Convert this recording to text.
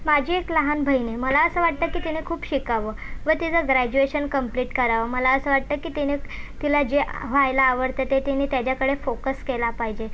माझी एक लहान बहीण आहे मला असं वाटतं की तिने खूप शिकावं व तिचं ग्रॅज्युएशन कंप्लीट करावं मला असं वाटतं की तिने तिला जे आ व्हायला आवडते ते तिने त्याच्याकडे फोकस केला पाहिजे